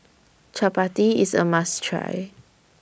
Chapati IS A must Try